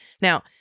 Now